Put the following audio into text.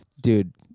dude